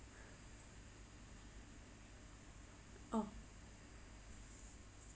oh